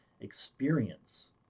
experience